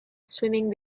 swimming